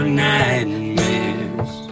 nightmares